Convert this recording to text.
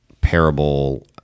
parable